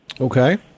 Okay